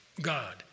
God